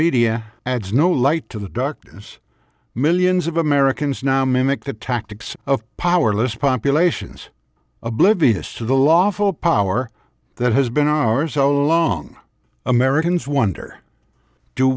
media adds no light to the doctors millions of americans now mimic the tactics of powerless populations oblivious to the lawful power that has been ours how long americans wonder do